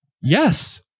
Yes